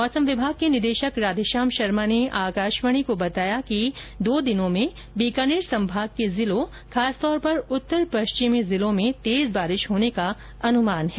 मौसम विभाग के निदेशक राधेश्याम शर्मा ने आकाशवाणी के साथ बातचीत में बताया कि दो दिन में बीकानेर संभाग के जिलों खासतौर पर उत्तर पश्चिमी जिलों में तेज बारिश होने का अनुमान है